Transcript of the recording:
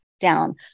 down